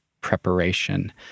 preparation